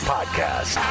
Podcast